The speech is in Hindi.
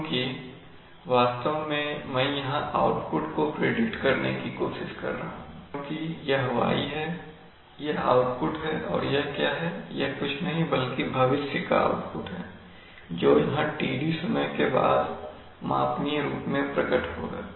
क्योंकि वास्तव में मैं यहां आउटपुट को प्रिडिक्ट करने की कोशिश कर रहा हूं क्योंकि यह y है यह आउटपुट है और यह क्या है यह कुछ नहीं बल्कि भविष्य का आउटपुट है जो यहां Td समय के बाद मापनीय रूप में प्रकट होगा